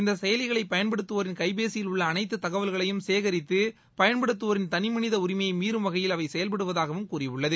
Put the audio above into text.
இந்த செயலிகளை பயன்படுத்துவோரின் கைபேசியில் உள்ள அனைத்து தகவல்களையும் சேகரித்து பயன்படுத்துவோரின் தளிமனித உரிமையை மீறும் வகையில் அவை செயல்படுவதாகவும் கூறியுள்ளது